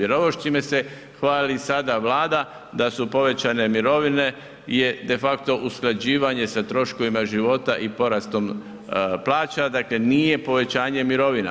Jer ovo s čime se hvali sada Vlada da su povećane mirovine je de facto usklađivanje sa troškovima života i porastom plaća, dakle nije povećanje mirovina.